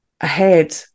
ahead